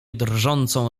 drżącą